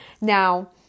Now